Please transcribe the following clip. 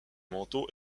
manteau